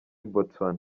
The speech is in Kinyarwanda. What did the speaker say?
botswana